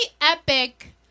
epic